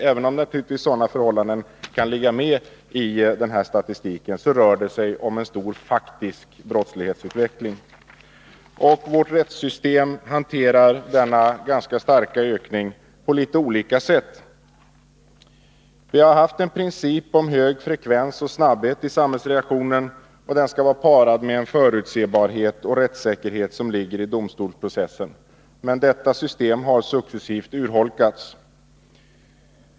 Även om naturligtvis sådana förhållanden kan påverka statistiken, rör läggande det sig om en stor faktisk ökning av brottsligheten. Vårt rättssystem hanterar denna starka ökning på litet olika sätt. Principen om hög frekvens och snabbhet i samhällsreaktionen parad med den förutsebarhet och rättssäkerhet som ligger i domstolsprocessen har successivt urholkats på olika områden.